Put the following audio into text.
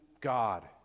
God